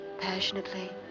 passionately